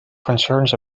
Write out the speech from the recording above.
concerns